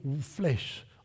flesh